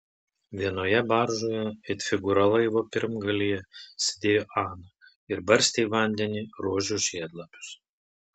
vienoje baržoje it figūra laivo pirmgalyje sėdėjo ana ir barstė į vandenį rožių žiedlapius